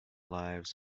lives